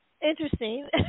interesting